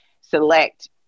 select